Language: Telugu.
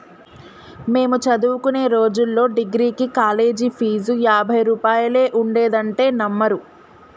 మేము చదువుకునే రోజుల్లో డిగ్రీకి కాలేజీ ఫీజు యాభై రూపాయలే ఉండేదంటే నమ్మరు